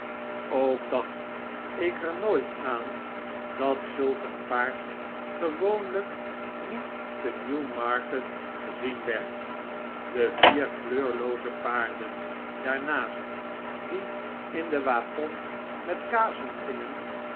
ook dacht ik er nooit aan dat zulk een paard gewoonlijk niet te newmarket gezien werd de vier kleuriooze paarden daarnaast die in den waggon met kazen gingen